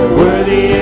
worthy